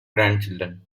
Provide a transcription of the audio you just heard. grandchildren